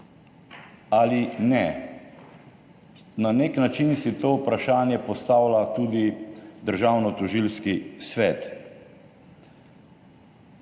ali ne. Na nek način si to vprašanje postavlja tudi Državnotožilski svet.